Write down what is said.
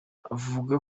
avuga